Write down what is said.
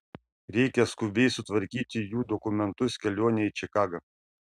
reikia skubiai sutvarkyti jų dokumentus kelionei į čikagą